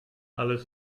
alles